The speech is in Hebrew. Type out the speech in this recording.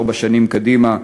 ארבע שנים קדימה,